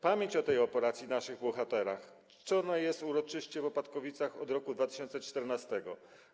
Pamięć o tej operacji i naszych bohaterach czczona jest uroczyście w Opatkowicach od roku 2014.